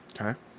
Okay